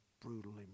brutally